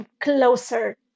closer